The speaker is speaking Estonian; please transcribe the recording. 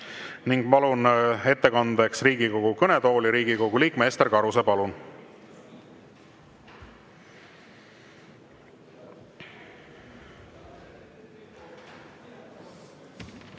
Palun ettekandeks Riigikogu kõnetooli Riigikogu liikme Ester Karuse. Palun!